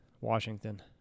Washington